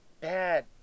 bad